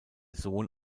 sohn